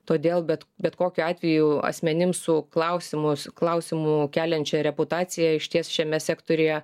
todėl bet bet kokiu atveju asmenims su klausimus klausimų keliančia reputacija išties šiame sektoriuje